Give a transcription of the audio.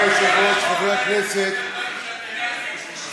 אדוני היושב-ראש, חברי הכנסת, סליחה,